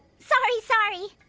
sorry, sorry!